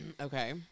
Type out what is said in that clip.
Okay